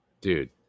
Dude